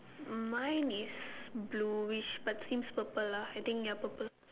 um mine is bluish but seems purple lah I think ya purple